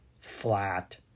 flat